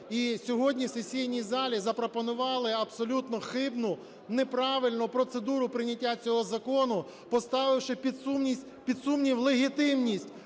і сьогодні сесійній залі запропонували абсолютно хибну, неправильну процедуру прийняття цього закону, поставивши під сумнів легітимність